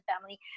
family